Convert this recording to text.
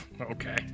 Okay